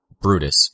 Brutus